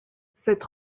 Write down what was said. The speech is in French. cette